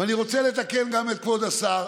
ואני רוצה לתקן גם את כבוד השר,